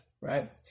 right